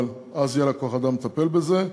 אבל אז יהיה לה כוח-אדם לטפל בזה.